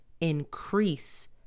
increase